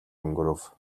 өнгөрөв